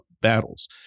battles